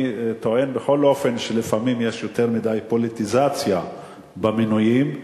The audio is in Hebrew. אני טוען שלפעמים יש יותר מדי פוליטיזציה במינויים,